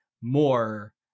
more